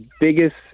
Biggest